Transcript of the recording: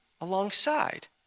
alongside